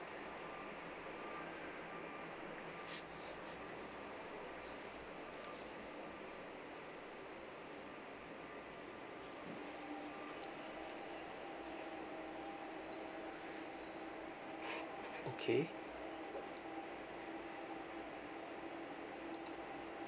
okay